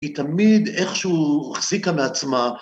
היא תמיד איכשהו החזיקה מעצמה.